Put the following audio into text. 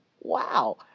wow